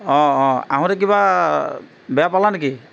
অঁ অঁ আহোঁতে কিবা বেয়া পালা নেকি